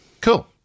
cool